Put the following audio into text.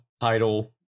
title